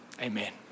Amen